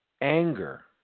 anger